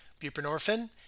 buprenorphine